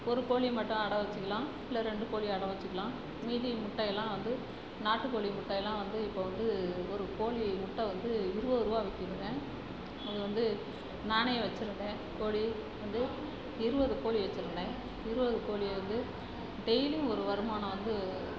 ஒரு கோழியை மட்டும் அட வச்சிக்கலாம் இல்லை ரெண்டு கோழியை அட வச்சிக்கலாம் மீதி முட்டையெல்லாம் வந்து நாட்டுக்கோழி முட்டையெல்லாம் வந்து இப்போது வந்து ஒரு கோழி முட்டை வந்து இருபதுரூவா விற்கிதுங்க அது வந்து நானே வச்சிருந்தேன் கோழி வந்து இருபது கோழி வச்சிருந்தேன் இருபது கோழியை வந்து டெய்லியும் ஒரு வருமானம் வந்து